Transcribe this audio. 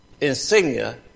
insignia